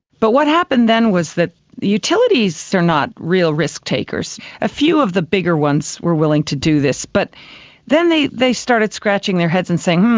but what happened then was that utilities are not real risk-takers. a few of the bigger ones were willing to do this, but then they they started scratching their heads and saying, hmm,